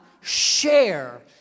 share